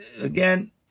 again